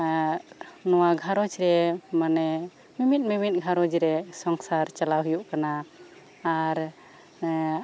ᱱᱚᱶᱟ ᱜᱷᱟᱸᱨᱚᱡᱽ ᱨᱮ ᱢᱟᱱᱮ ᱢᱤᱢᱤᱫ ᱢᱤᱢᱤᱫ ᱜᱷᱟᱸᱨᱚᱡᱽ ᱨᱮ ᱥᱚᱝᱥᱟᱨ ᱪᱟᱞᱟᱣ ᱦᱩᱭᱩᱜ ᱠᱟᱱᱟ ᱟᱨ